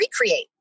recreate